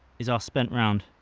is our spent round.